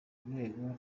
rwego